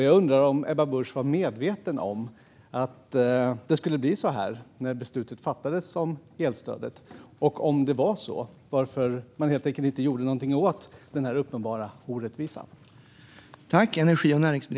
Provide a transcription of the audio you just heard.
Jag undrar om Ebba Busch var medveten om att det skulle bli så här när beslutet om elstödet fattades och, om det var så, varför man helt enkelt inte gjorde någonting åt den här uppenbara orättvisan.